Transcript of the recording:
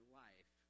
life